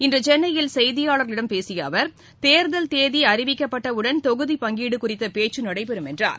இன்று சென்னையில் செய்தியாளர்களிடம் பேசிய அவர் தேர்தல் தேதி அறிவிக்கப்பட்டவுடன் தொகுதி பங்கீடு குறித்த பேச்சு நடைபெறும் என்றார்